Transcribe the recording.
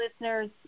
listeners